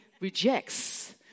rejects